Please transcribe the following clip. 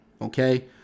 Okay